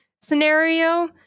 scenario